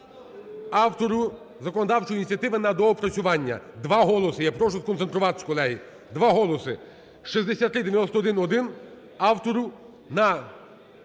автору законодавчої ініціативи на доопрацювання. Два голоси. Я прошу сконцентруватися, колеги. Два голоси. 6391-1 – автору